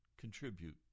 Contribute